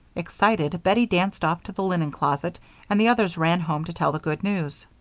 excited bettie danced off to the linen closet and the others ran home to tell the good news.